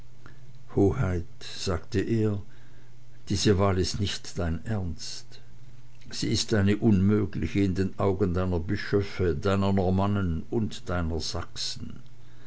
hoheit sagte er diese wahl ist nicht dein ernst sie ist eine unmögliche in den augen deiner bischöfe deiner normannen und deiner sachsen